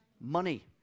Money